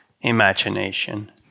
imagination